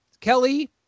Kelly